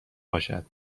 باشد